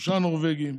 שלושה נורבגים,